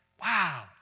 wow